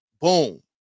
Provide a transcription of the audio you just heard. Boom